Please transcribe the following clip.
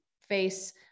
face